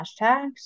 hashtags